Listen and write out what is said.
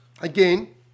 Again